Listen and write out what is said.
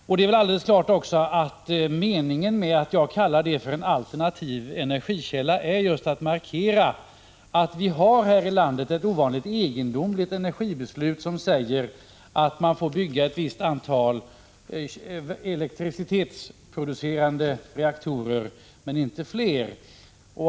Det är också alldeles klart att meningen med att jag kallar det för en alternativ energikälla är att markera att vi här i landet har ett ovanligt egendomligt energibeslut som säger att man får bygga ett visst antal elektricitetsproducerande reaktorer, men inte fler.